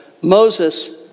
Moses